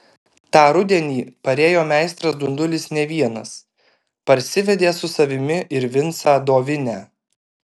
tą rudenį parėjo meistras dundulis ne vienas parsivedė su savimi ir vincą dovinę